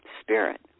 spirit